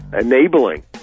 enabling